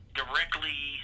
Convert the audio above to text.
directly